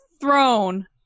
throne